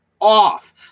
off